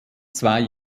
zwei